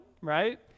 right